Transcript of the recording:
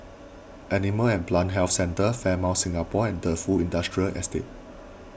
Animal and Plant Health Centre Fairmont Singapore and Defu Industrial Estate